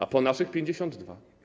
A po naszych 52.